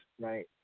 right